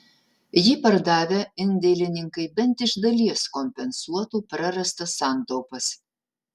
jį pardavę indėlininkai bent iš dalies kompensuotų prarastas santaupas